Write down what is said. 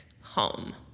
home